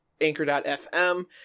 anchor.fm